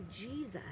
Jesus